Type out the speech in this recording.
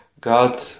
God